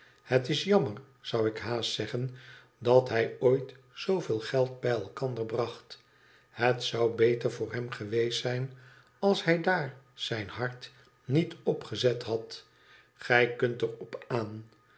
het is jammer zou ik haast zeggen dat hij ooit zooveel geld bij elkander bracht het zou beter voor hem geweest zijn als hij daar zijn hart niet op gezet had gij kunt er op aan